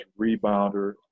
rebounder